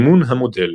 אימון המודל